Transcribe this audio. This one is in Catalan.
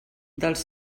dels